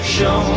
Show